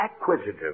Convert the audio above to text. acquisitive